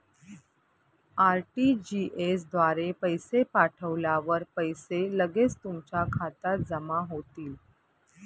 RTGS द्वारे पैसे पाठवल्यावर पैसे लगेच तुमच्या खात्यात जमा होतील